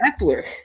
Epler